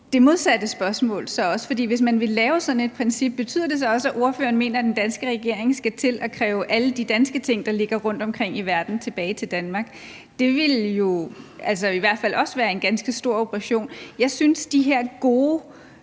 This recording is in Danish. det modsatte spørgsmål. For hvis man vil indføre sådan et princip, betyder det så også, at ordføreren mener, at den danske regering skal til at kræve alle de danske ting, der ligger rundtomkring i verden, tilbage til Danmark? Det ville jo i hvert fald også være en ganske stor operation. Jeg synes, vi skal